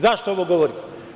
Zašto ovo govorim?